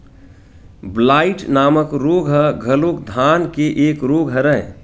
blight नामक रोग ह घलोक धान के एक रोग हरय